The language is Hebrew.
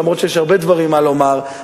אף שיש הרבה דברים מה לומר,